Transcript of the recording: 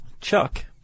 Chuck